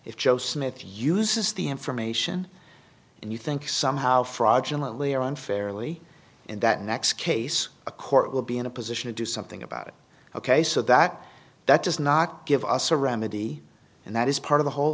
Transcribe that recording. if joe smith uses the information and you think somehow fraudulent lior unfairly and that next case a court will be in a position to do something about it ok so that that does not give us a remedy and that is part of the whole